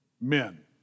men